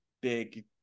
big